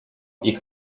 ich